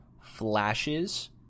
flashes